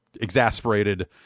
exasperated